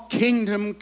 kingdom